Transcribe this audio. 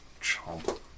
Chomp